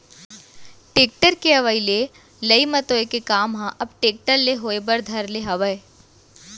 tractor के अवई ले लई मतोय के काम ह अब टेक्टर ले होय बर धर ले हावय